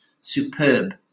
superb